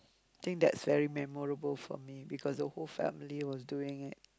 think that is very memorable for me because the whole family was doing it